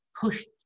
pushed